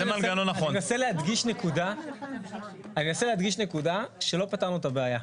אני מנסה להדגיש נקודה שלא פתרנו את הבעיה.